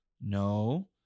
No